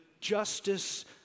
justice